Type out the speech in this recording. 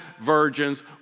virgins